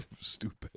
stupid